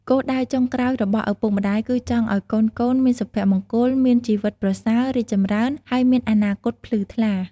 គោលដៅចុងក្រោយរបស់ឪពុកម្ដាយគឺចង់ឲ្យកូនៗមានសុភមង្គល មានជីវិតប្រសើរ រីកចម្រើន ហើយមានអនាគតភ្លឺថ្លា។